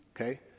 okay